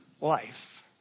life